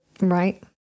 Right